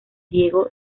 diego